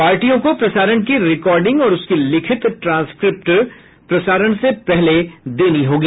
पार्टियों को प्रसारण की रिकॉर्डिंग और उसकी लिखित ट्रांसक्रिप्ट प्रसारण से पहले देनी होगी